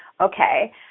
okay